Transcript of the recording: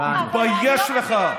תתבייש לך.